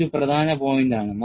അതൊരു പ്രധാന പോയിന്റാണ്